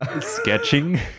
Sketching